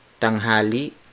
tanghali